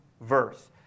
verse